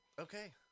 Okay